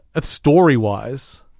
Story-wise